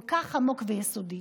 כל כך עמוק ויסודי.